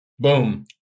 Boom